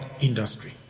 industry